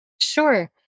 Sure